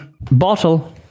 Bottle